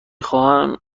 خواهم